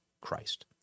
Christ